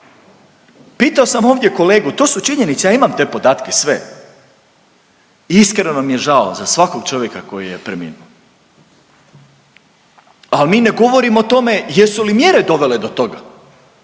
Pitao sam ovdje kolegu to su činjenice ja imam te podatke sve i iskreno mi je žao za svakog čovjeka koji je preminuo, ali mi ne govorimo o tome jesu li mjere dovele do toga,